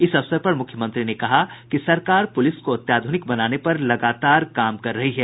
इस अवसर पर मुख्यमंत्री ने कहा कि सरकार पुलिस को अत्याधुनिक बनाने पर लगातार काम कर रही है